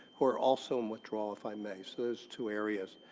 who are also in withdrawal, if i may. so those two areas.